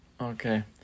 okay